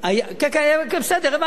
לא שייך, בסדר, הבנתי.